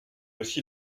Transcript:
aussi